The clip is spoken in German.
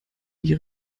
wie